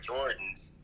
Jordans